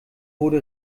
wurde